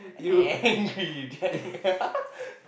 angry Jack